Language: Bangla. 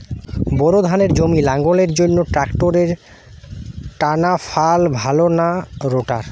বোর ধানের জমি লাঙ্গলের জন্য ট্রাকটারের টানাফাল ভালো না রোটার?